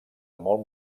molt